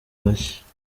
bashya